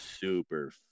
super